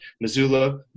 Missoula